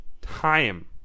time